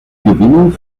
gewinnung